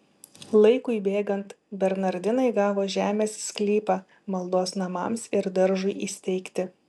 laikui bėgant bernardinai gavo žemės sklypą maldos namams ir daržui įsteigti